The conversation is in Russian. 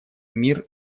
мир